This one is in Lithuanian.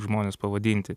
žmonės pavadinti